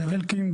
זאב אלקין,